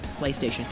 PlayStation